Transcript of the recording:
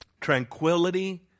Tranquility